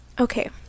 okay